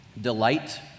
delight